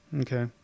Okay